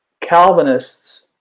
Calvinists